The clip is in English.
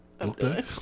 Okay